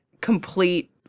complete